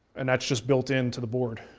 and that's just built in to the board,